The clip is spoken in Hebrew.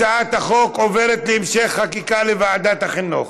התשע"ח 2018, לוועדת החינוך,